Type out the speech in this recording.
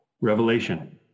Revelation